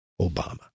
Obama